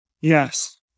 Yes